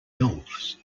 elves